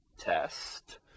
test